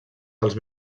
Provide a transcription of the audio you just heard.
dels